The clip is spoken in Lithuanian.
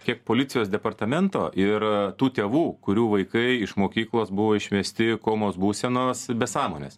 kiek policijos departamento ir tų tėvų kurių vaikai iš mokyklos buvo išvesti komos būsenos be sąmonės